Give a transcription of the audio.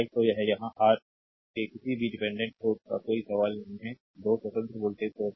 तो यह यहाँ आर के किसी भी डिपेंडेंट सोर्स का कोई सवाल नहीं है 2 स्वतंत्र वोल्टेज सोर्स हैं